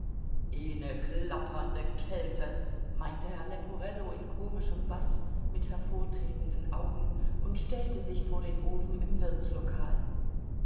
klappernde kälte meinte herr leporello in komischem baß mit hervortretenden augen und stellte sich vor den ofen im